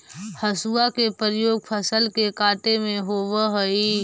हसुआ के प्रयोग फसल के काटे में होवऽ हई